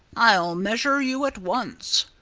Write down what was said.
i'll measure you at once.